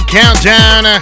countdown